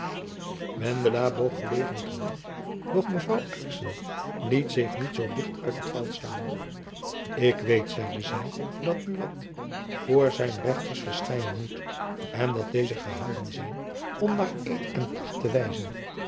wendela boog verlegen het hoofd doch mevrouw aarssen liet zich niet zoo licht uit het veld slaan ik weet zeide zy dat buat voor zijn rechters verschijnen moet en dat deze gehouden zijn om naar eed en plicht te wijzen